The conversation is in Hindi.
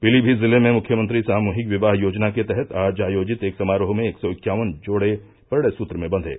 पीलीमीत जिले में मुख्यमंत्री सामूहिक विवाह योजना के तहत आज आयोजित एक समारोह में एक सौ इक्यावन जोड़े परिणय सूत्र में बंधे